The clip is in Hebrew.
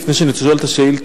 לפני שאני שואל את השאילתא.